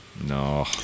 No